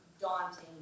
daunting